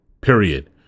period